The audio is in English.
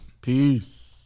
Peace